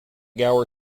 gower